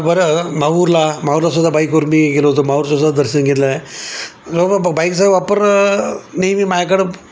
बरं माहूरला माहूरालासुद्धा बाईकवर मी गेलो होतो माहुरचासुद्धा दर्शन घेतलं आहे जव बाईकचा वापर नेहमी माझ्याकडं